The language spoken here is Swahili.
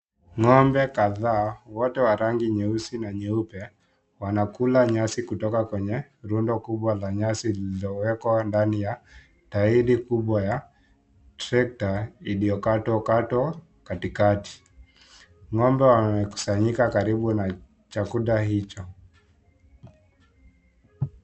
Ng'ombe kadhaa, wote wa rangi nyeusi na nyeupe, wanakula nyasi kutoka kwenye rundo kubwa la nyasi lililowekwa ndani ya tairi kubwa ya trekta iliyokatwa kati kati. Ng'ombe wamekusanyika karibu na chakula hicho.